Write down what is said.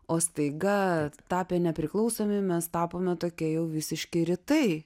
o staiga tapę nepriklausomi mes tapome tokie jau visiški rytai